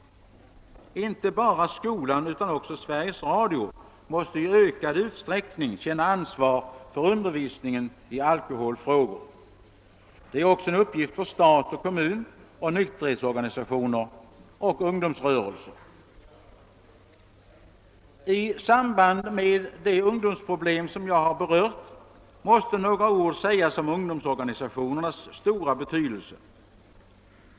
Inte bara skolan utan också Sveriges Radio måste i ökad utsträckning känna ansvar för undervisningen i alkoholfrågor. Det är också en uppgift för stat, kommun, nykterhetsorganisationer och ungdomsrörelser. I samband med de ungdomsproblem som jag här har berört måste några ord sägas om ungdomsorganisationernas stora betydelse.